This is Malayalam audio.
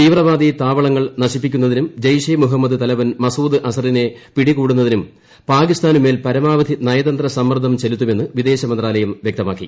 തീവ്രവാദി താവളങ്ങൾ നശിപ്പിക്കുന്നതിനും ജെയ്ഷെ മുഹമ്മദ് തലവൻ മസൂദ് അസറ്റിലുന് പ്രീടികൂടുന്നതിനും പാകിസ്ഥാനു മേൽ പരമാവധി നയതന്ത്ര സ്മ്മ്ർദ്ദം ചെലുത്തുമെന്ന് വിദേശ മന്ത്രാലയം വ്യക്തമാക്കി